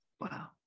Wow